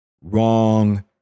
Wrong